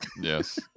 Yes